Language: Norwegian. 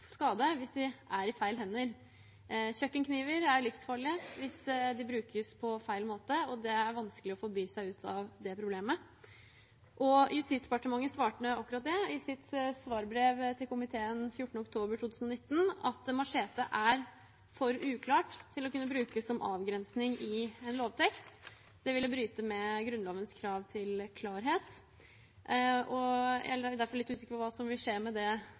skade hvis de er i feil hender. Kjøkkenkniver er livsfarlige hvis de brukes på feil måte, og det er vanskelig å forby seg ut av det problemet. Justisdepartementet svarte akkurat det i sitt svarbrev til komiteen den 14. oktober 2019, at «machete» er for uklart til å kunne brukes som avgrensning i en lovtekst, det ville bryte med Grunnlovens krav til klarhet. Jeg er derfor litt usikker på hva som vil skje med det